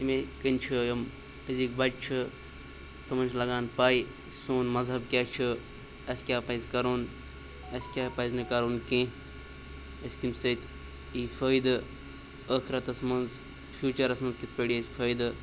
اَمے کِنۍ چھُ یِم أزِکۍ بَچہٕ چھِ تِمَن چھِ لَگان پَے سون مذہب کیٛاہ چھُ اَسہِ کیٛاہ پَزِ کَرُن اَسہِ کیٛاہ پَزِ نہٕ کَرُن کیٚنٛہہ اَسہِ کَمہِ سۭتۍ یی فٲیدٕ ٲخرَتَس منٛز فیوٗچَرَس منٛز کِتھ پٲٹھۍ یی اَسہِ فٲیدٕ